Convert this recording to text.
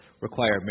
require